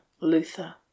Luther